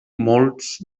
molts